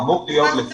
אמור להיות.